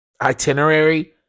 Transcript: itinerary